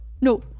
no